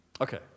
Okay